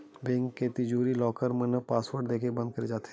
bank के तिजोरी, locker मन ल पासवर्ड देके बंद करे जाथे